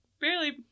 barely